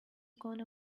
gonna